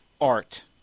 art